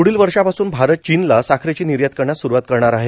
प्ढील वर्षापासून भारत चीनला साखरेची निर्यात करण्यास स्रुवात करणार आहे